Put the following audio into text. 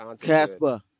Casper